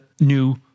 new